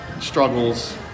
struggles